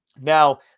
Now